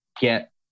get